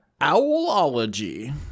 owlology